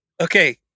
okay